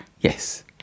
Yes